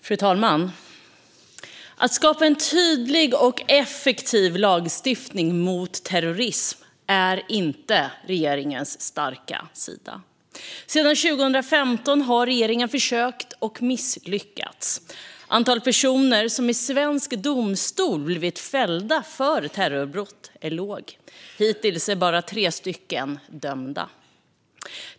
Fru talman! Att skapa en tydlig och effektiv lagstiftning mot terrorism är inte regeringens starka sida. Sedan 2015 har regeringen försökt och misslyckats. Antalet personer som i svensk domstol blivit fällda för terrorbrott är litet. Hittills är bara tre stycken dömda.